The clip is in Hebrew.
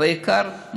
והעיקר,